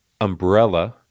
umbrella